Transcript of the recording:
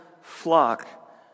flock